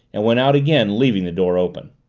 and went out again leaving the door open.